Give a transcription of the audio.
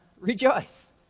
rejoice